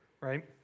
right